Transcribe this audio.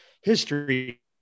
history